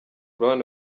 brown